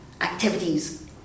activities